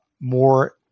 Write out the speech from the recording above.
more